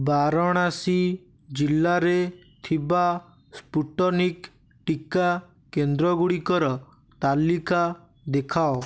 ବାରଣାସୀ ଜିଲ୍ଲାରେ ଥିବା ସ୍ପୁଟନିକ୍ ଟୀକା କେନ୍ଦ୍ର ଗୁଡ଼ିକର ତାଲିକା ଦେଖାଅ